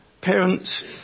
parents